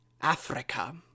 Africa